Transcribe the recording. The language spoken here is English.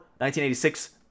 1986